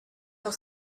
your